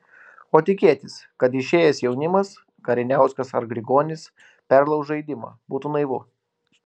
o tikėtis kad išėjęs jaunimas kariniauskas ar grigonis perlauš žaidimą būtų naivu